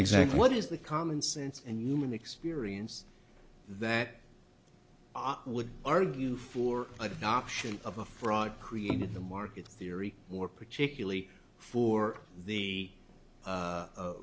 exactly what is the common sense and newman experience that i would argue for adoption of a fraud created the market theory more particularly for the